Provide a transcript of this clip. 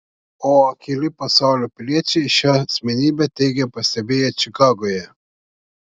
o akyli pasaulio piliečiai šią asmenybę teigia pastebėję čikagoje